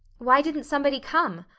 why didn't somebody come?